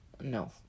No